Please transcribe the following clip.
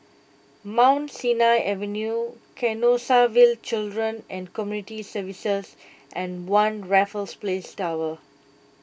Mount Sinai Avenue Canossaville Children and Community Services and one Raffles Place Tower